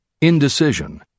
Indecision